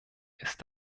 ist